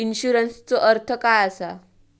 इन्शुरन्सचो अर्थ काय असा?